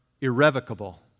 irrevocable